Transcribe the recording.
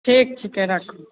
ठीक छिकै राखहो